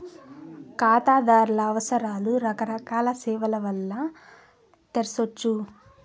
కాతాదార్ల అవసరాలు రకరకాల సేవల్ల వల్ల తెర్సొచ్చు